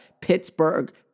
Pittsburgh